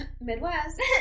Midwest